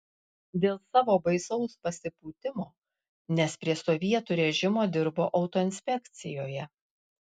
dėl savo baisaus pasipūtimo nes prie sovietų režimo dirbo autoinspekcijoje